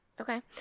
Okay